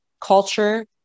culture